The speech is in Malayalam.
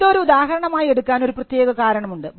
ഇത് ഒരു ഉദാഹരണമായി എടുക്കാൻ ഒരു പ്രത്യേക കാരണമുണ്ട്